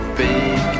big